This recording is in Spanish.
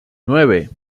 nueve